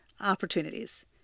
opportunities